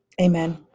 Amen